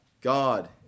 God